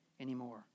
anymore